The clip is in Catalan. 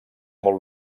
molt